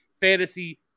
Fantasy